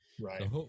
Right